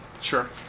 Sure